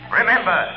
Remember